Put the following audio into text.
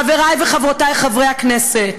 חברי וחברותי חברי הכנסת,